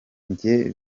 njye